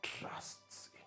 trusts